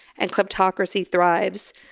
and kleptocracy thrives.